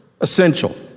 essential